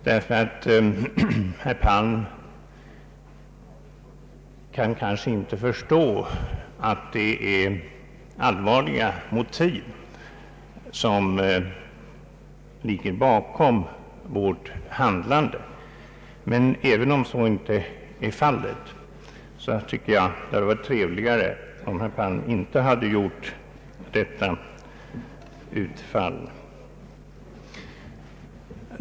Herr Palm kan kanske inte förstå att det är allvarliga motiv som ligger bakom vårt handlande, men jag tycker ändå att det hade varit trevligare om herr Palm inte hade gjort detta utfall.